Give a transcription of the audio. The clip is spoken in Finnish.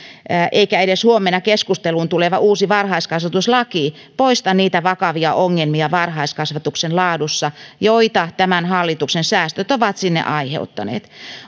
eikä edes huomenna keskusteluun tuleva uusi varhaiskasvatuslaki poista niitä vakavia ongelmia varhaiskasvatuksen laadussa joita tämän hallituksen säästöt ovat sinne aiheuttaneet